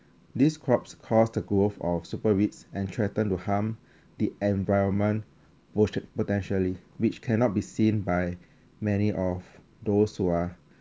these crops caused the growth of super weeds and threatened to harm the environment wo~ potentially which cannot be seen by many of those who are